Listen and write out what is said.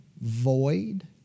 void